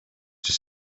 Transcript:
just